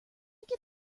get